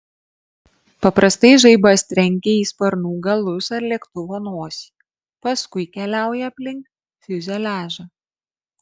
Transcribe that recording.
paprastai žaibas trenkia į sparnų galus ar lėktuvo nosį paskui keliauja aplink fiuzeliažą